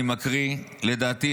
אני מקריא: "לדעתי,